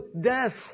death